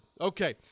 Okay